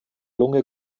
lunge